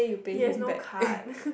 he has no card